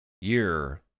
year